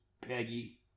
Peggy